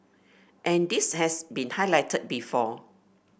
and this has been highlighted before